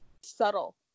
subtle